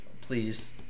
Please